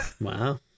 Wow